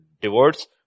divorce